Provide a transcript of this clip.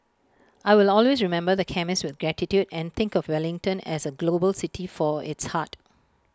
I will always remember the chemist with gratitude and think of Wellington as A global city for its heart